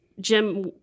Jim